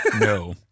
No